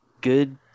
good